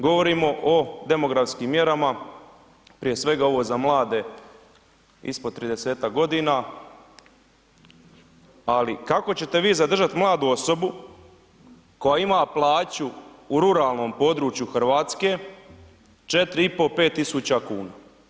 Govorimo o demografskim mjerama, prije svega ovo za mlade ispod tridesetak godina, ali kako ćete vi zadržati mladu osobu koja ima plaću u ruralnom području Hrvatske 4.500, 5.000 kuna?